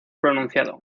pronunciado